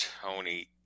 Tony